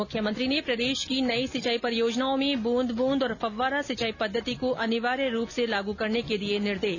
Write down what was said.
मुख्यमंत्री ने प्रदेश की नई सिंचाई परियोजनाओं में बूंद बूंद और फव्वारा सिंचाई पद्धति को अनिवार्य रूप से लागू करने के दिए निर्देश